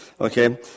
Okay